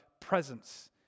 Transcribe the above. presence